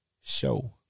show